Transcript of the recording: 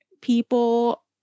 people